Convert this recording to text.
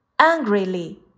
Angrily